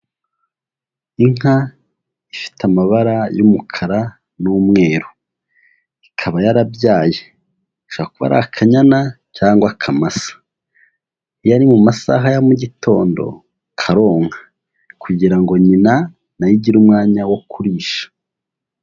Inka ifite amabara y'umukara n'umweru, ikaba yarabyaye, ishobora kuba ari akanyana cyangwa akamasa; iyo ari mu masaha ya mu gitondo karonka, kugira ngo nyina na yo igire umwanya wo kurisha.